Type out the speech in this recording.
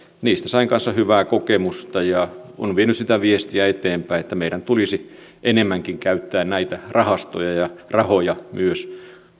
niistä sain kanssa hyvää kokemusta ja olen vienyt sitä viestiä eteenpäin että meidän tulisi enemmänkin käyttää näitä rahastoja ja rahoja myös